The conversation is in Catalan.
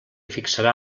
fixarà